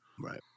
Right